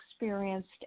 experienced